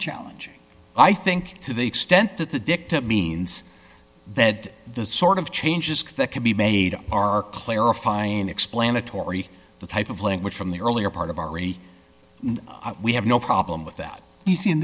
challenging i think to the extent that the dictum means that the sort of changes that can be made are clarifying explanatory the type of language from the earlier part of ari we have no problem with that you see in